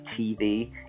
TV